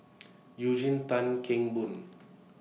Eugene Tan Kheng Boon